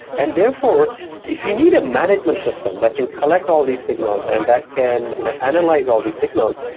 and therefore if you need a management system that can collect all these signals and that can you know analyze all these signals,